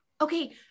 Okay